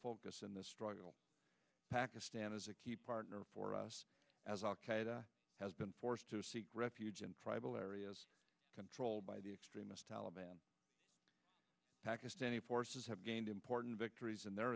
focus in this struggle pakistan is a key partner for us as al qaeda has been forced to seek refuge in private areas controlled by the extremist taliban pakistani forces have gained important victories in their